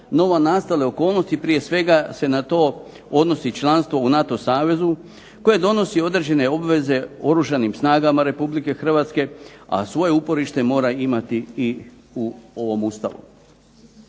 novonastale okolnosti, prije svega se na to odnosi članstvo u NATO savezu koje donosi određene obveze Oružanim snagama Republike Hrvatske, a svoje uporište mora imati i u ovom Ustavu.